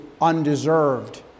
undeserved